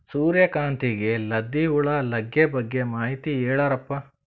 ಸೂರ್ಯಕಾಂತಿಗೆ ಲದ್ದಿ ಹುಳ ಲಗ್ಗೆ ಬಗ್ಗೆ ಮಾಹಿತಿ ಹೇಳರಪ್ಪ?